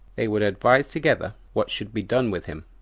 they would advise together what should be done with him.